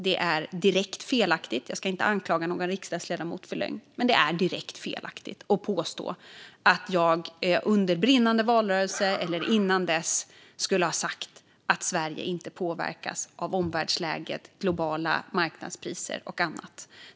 Jag vill inte anklaga någon riksdagsledamot för lögn, men det är direkt felaktigt att påstå att jag under valrörelsen skulle ha sagt att Sverige inte påverkas av omvärldsläget, globala marknadspriser och annat.